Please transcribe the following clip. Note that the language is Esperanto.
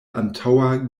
antaŭa